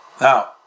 Now